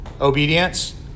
Obedience